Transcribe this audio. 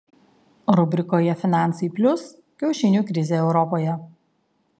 rubrikoje finansai plius kiaušinių krizė europoje